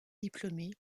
diplômé